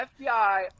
FBI